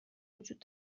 وجود